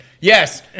Yes